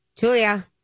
Julia